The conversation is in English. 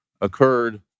occurred